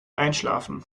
einschlafen